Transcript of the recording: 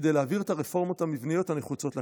כדי להעביר את הרפורמות המבניות הנחוצות לכלכלה.